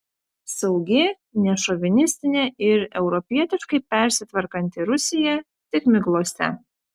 saugi nešovinistinė ir europietiškai persitvarkanti rusija tik miglose